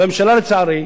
והממשלה, לצערי,